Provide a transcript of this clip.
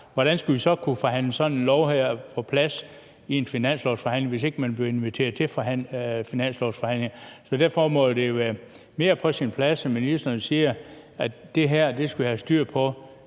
Hvordan skulle vi kunne forhandle sådan en lov her på plads i en finanslovsforhandling, hvis vi ikke bliver inviteret til finanslovsforhandlingerne? Derfor må det jo være mere på sin plads, at ministeren siger, at det her skal vi have styr på